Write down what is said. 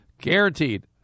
Guaranteed